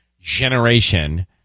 generation